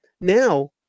now